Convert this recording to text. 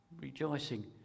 rejoicing